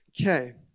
Okay